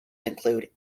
include